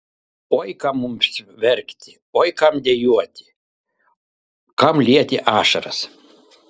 oi kam mums verkti oi kam dejuoti kam lieti ašaras